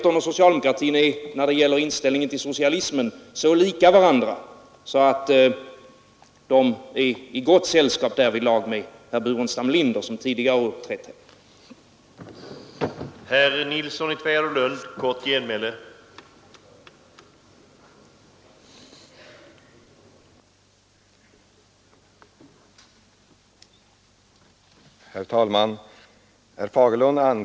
När det gäller inställningen till socialismen är centern och socialdemokraterna så lika varandra att de är i gott sällskap med herr Burenstam Linder.